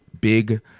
big